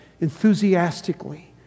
enthusiastically